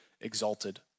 exalted